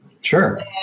Sure